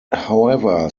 however